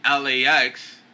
LAX